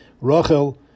Rachel